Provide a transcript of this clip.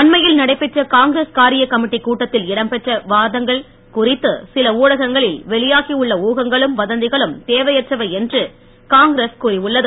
அண்மையில் நடைபெற்ற காங்கிரஸ் காரிய கமிட்டி கூட்டத்தில் இடம்பெற்ற விவாதங்கள் குறித்து சில ஊடகங்களில் வெளியாகி உள்ள ஊகங்களும் வதந்திகளும் தேவையற்றவை என்று காங்கிரஸ் கூறியுள்ளது